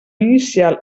inicial